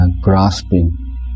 grasping